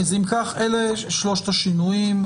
אם כך, אלה שלושת השינויים.